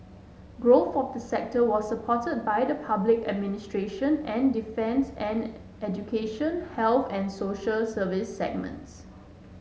growth of the sector was supported by the public administration and defence and education health and social service segments